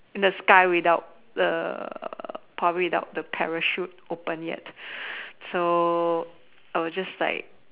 in the sky without the probably without the parachute open yet so I was just like